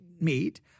meat